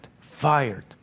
Fired